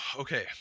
okay